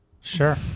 Sure